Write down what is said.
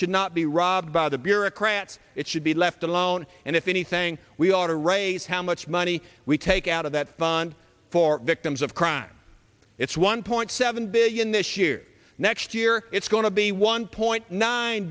should not be robbed by the bureaucrats it should be left alone and if anything we ought to raise how much money we take out of that fund for victims of crime it's one point evan billion this year next year it's going to be one point nine